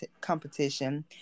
competition